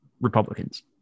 Republicans